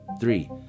Three